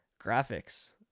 graphics